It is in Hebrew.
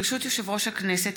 ברשות יושב-ראש הכנסת,